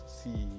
see